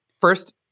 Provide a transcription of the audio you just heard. First